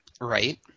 Right